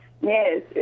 Yes